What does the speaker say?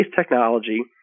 technology